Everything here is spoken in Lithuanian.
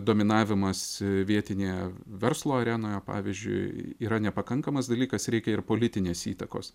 dominavimas vietinėje verslo arenoje pavyzdžiui yra nepakankamas dalykas reikia ir politinės įtakos